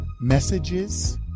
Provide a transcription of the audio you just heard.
messages